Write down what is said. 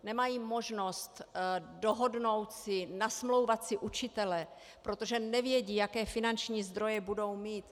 Nemají možnost dohodnout si nasmlouvat si učitele, protože nevědí, jaké finanční zdroje budou mít.